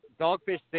Dogfish